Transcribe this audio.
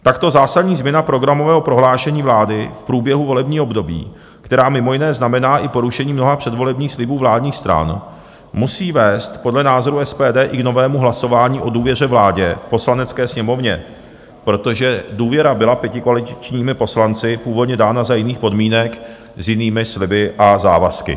Takto zásadní změna programového prohlášení vlády v průběhu volebního období, která mimo jiné znamená i porušení mnoha předvolebních slibů vládních stran, musí vést podle názoru SPD i k novému hlasování o důvěře vládě v Poslanecké sněmovně, protože důvěra byla pětikoaličními poslanci původně dána za jiných podmínek s jinými sliby a závazky.